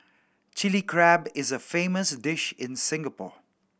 Chilli Crab is a famous dish in Singapore